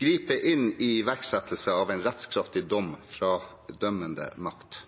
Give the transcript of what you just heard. griper inn i iverksettelsen av en rettskraftig dom fra den dømmende makt?